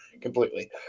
completely